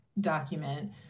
document